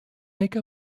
make